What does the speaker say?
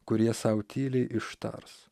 kurie sau tyliai ištars